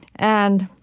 and